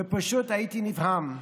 ופשוט נדהמתי.